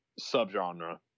subgenre